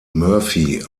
murphy